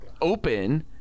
open